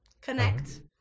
connect